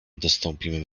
dostąpimy